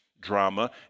drama